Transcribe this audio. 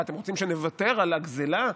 מה אתם רוצים, שנוותר על הגזלה?